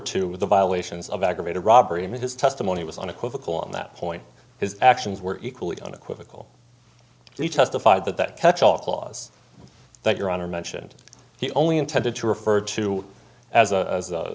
to the violations of aggravated robbery and his testimony was unequivocal on that point his actions were equally unequivocal he testified that that catchall clause that your honor mentioned he only intended to refer to as a